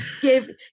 give